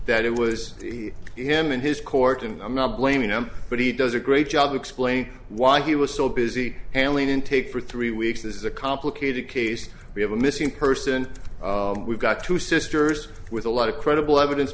that it was him in his court and i'm not blaming him but he does a great job of explaining why he was so busy handling intake for three weeks this is a complicated case we have a missing person we've got two sisters with a lot of credible evidence